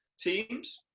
teams